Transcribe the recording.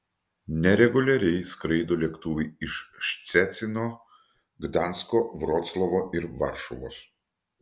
nereguliariai skraido lėktuvai iš ščecino gdansko vroclavo ir varšuvos